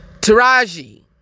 Taraji